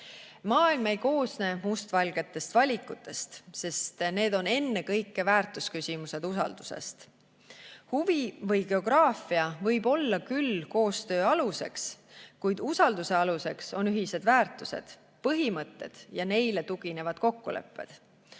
Maailm ei koosne mustvalgetest valikutest, sest need on ennekõike väärtusküsimused usaldusest. Huvi või geograafia võib olla küll koostöö aluseks, kuid usalduse aluseks on ühised väärtused, põhimõtted ja neile tuginevad kokkulepped.